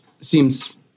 seems